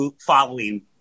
following